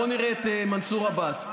בואו נראה את מנסור עבאס.